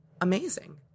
amazing